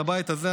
מהבית הזה,